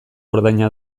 ordaina